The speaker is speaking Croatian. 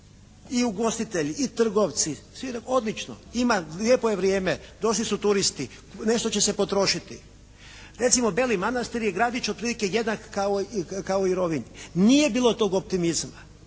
i ugostitelji, i trgovci, svi odlično, ima, lijepo je vrijeme, došli su turisti, nešto će se potrošiti. Recimo Beli Manastir je gradić otprilike jednak kao i Rovinj. Nije bilo tog optimizma.